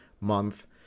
month